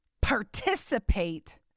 participate